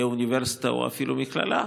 תהיה אוניברסיטה או אפילו מכללה,